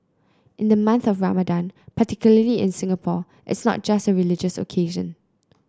in the month of Ramadan particularly in Singapore it's not just a religious occasion